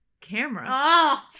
camera